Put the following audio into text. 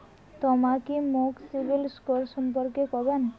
তমা কি মোক সিবিল স্কোর সম্পর্কে কবেন?